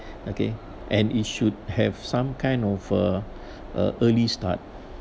okay and it should have some kind of uh uh early start